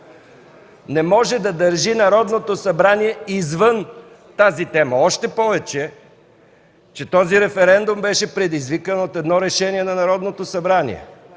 не може да държи Народното събрание извън тази тема. Още повече че този референдум беше предизвикан от едно решение на Народното събрание.